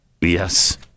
Yes